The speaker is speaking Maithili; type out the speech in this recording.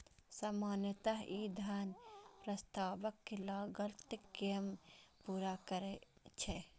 सामान्यतः ई धन प्रस्तावक लागत कें पूरा करै छै